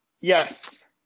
Yes